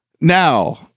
Now